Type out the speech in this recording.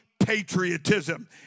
patriotism